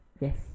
Yes